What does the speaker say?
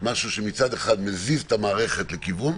משהו שמצד אחד מזיז את המערכת לכיוון.